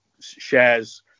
shares